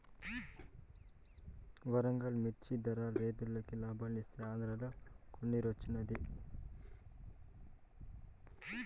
వరంగల్ మిచ్చి ధర రైతులకి లాబాలిస్తీ ఆంద్రాల కన్నిరోచ్చినాది